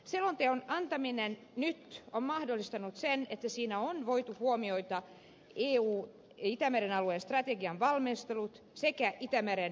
selonteon antaminen nyt on mahdollistanut sen että siinä on voitu huomioida eun itämeren alueen strategian valmistelut sekä itämeren meriturvallisuusohjelma